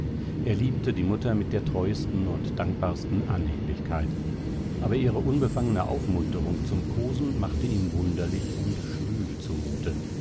er liebte die mutter mit der treusten und dankbarsten anhänglichkeit aber ihre unbefangene aufmunterung zum kosen machte ihm wunderlich und schwül zumute